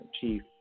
Chief